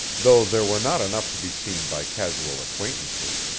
though there were not enough to be seen by casual acquaintances.